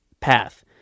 Path